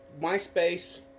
myspace